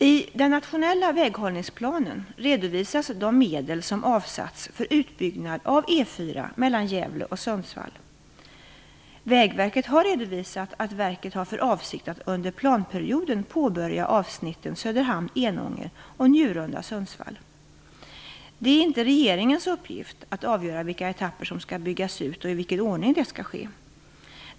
I den nationella väghållningsplanen redovisas de medel som avsatts för utbyggnad av E 4 mellan Gävle och Sundsvall. Vägverket har redovisat att verket har för avsikt att under planperioden påbörja avsnitten Söderhamn-Enånger och Njurunda-Sundsvall. Det är inte regeringens uppgift att avgöra vilka etapper som skall byggas ut och i vilken ordning det skall ske.